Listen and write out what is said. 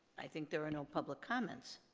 i think there are no public comments.